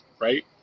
Right